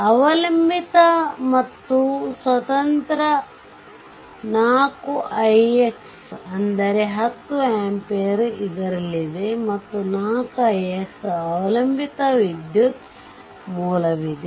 ಅವಲಂಬಿತ ಮತ್ತು ಸ್ವತಂತ್ರ 4 ix ಅಂದರೆ 10 ಆಂಪಿಯರ್ ಇದರಲ್ಲಿದೆ ಮತ್ತು 4 ix ಅವಲಂಬಿತ ವಿದ್ಯುತ್ ಮೂಲವಿದೆ